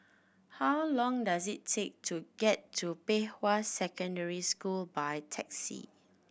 how long does it take to get to Pei Hwa Secondary School by taxi